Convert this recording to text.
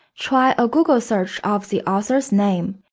try a google search of the author's name.